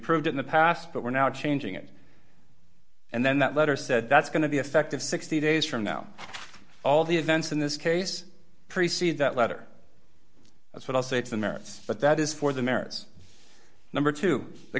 approved in the past but we're now changing it and then that letter said that's going to be effective sixty days from now all the events in this case preceded that letter that's what i'll say to the merits but that is for the merits number two the